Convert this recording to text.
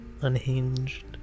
Unhinged